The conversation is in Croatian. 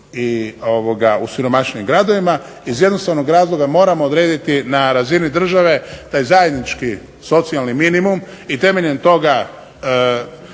i u siromašnijim gradovima. Iz jednostavnog razloga moramo odrediti na razini države taj zajednički socijalni minimum i temeljem toga